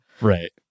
right